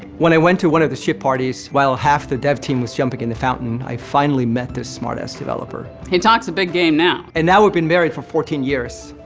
when i went to one of the ship parties, while half the dev team was jumping in the fountain, i finally met this smartass developer. he talks a big game now. and now we've been married for fourteen years.